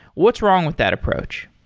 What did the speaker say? what's wrong with that approach?